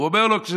הוא אומר לו: